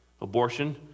Abortion